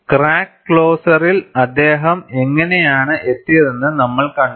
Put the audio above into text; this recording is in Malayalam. ക്രാക്ക് ക്ലോസറിൽ അദ്ദേഹം എങ്ങനെയാണ് എത്തിയതെന്ന് നമ്മൾ കണ്ടു